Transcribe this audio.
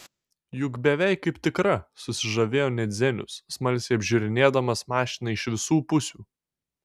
juk beveik kaip tikra susižavėjo net zenius smalsiai apžiūrinėdamas mašiną iš visų pusių